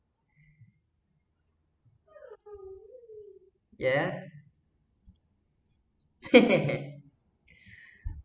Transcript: yeah